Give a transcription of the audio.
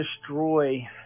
destroy